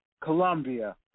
Colombia